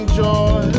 joy